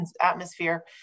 atmosphere